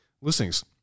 listings